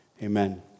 Amen